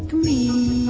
we